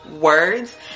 words